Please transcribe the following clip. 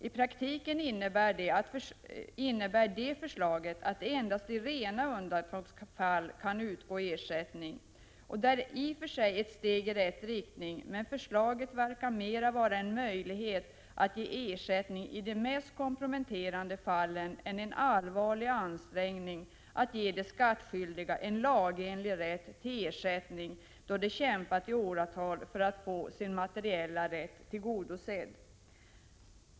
I praktiken innebär det förslaget att det endast i rena undantagsfall skall utgå ersättning. Det är i och för sig ett steg i rätt riktning, men förslaget verkar mera vara en möjlighet att ge ersättning i de mest komprometterande fallen än en allvarlig ansträngning att ge de skattskyldiga en lagenlig rätt till ersättning då de kämpat i åratal för att få sin materiella rätt tillgodosedd.